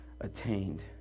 attained